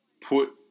put